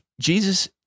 Jesus